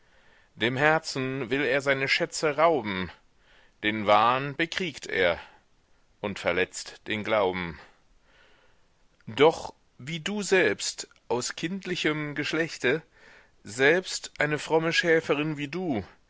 dem herzen will er seine schätze rauben den wahn bekriegt er und verletzt den glauben doch wie du selbst aus kindlichem geschlechte selbst eine fromme schäferin wie du